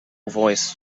voice